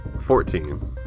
Fourteen